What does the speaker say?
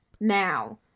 now